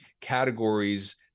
categories